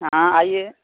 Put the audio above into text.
ہاں آئیے